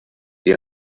die